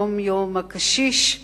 היום יום הקשיש,